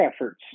efforts